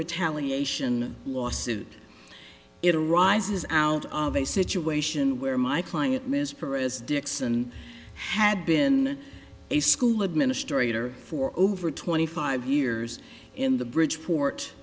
retaliate in lawsuit it arises out of a situation where my client ms parris dixon had been a school administrator for over twenty five years in the bridgeport